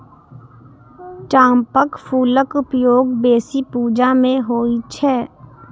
चंपाक फूलक उपयोग बेसी पूजा मे होइ छै